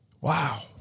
Wow